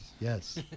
Yes